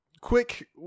Quick